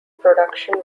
production